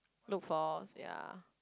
look for sia